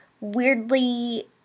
weirdly